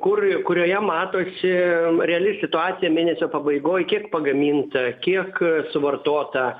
kur kurioje matosi reali situacija mėnesio pabaigoj kiek pagaminta kiek suvartota